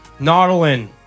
Nautilin